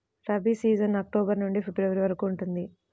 rabi season October నుండి February వరకు ఉంటుంది